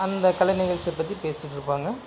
அந்த கலை நிகழ்ச்சியை பற்றி பேசிட்டுருப்பாங்க